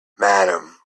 madame